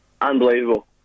unbelievable